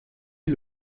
est